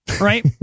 right